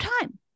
time